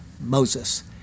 Moses